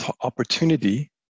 opportunity